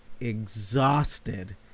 exhausted